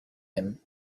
him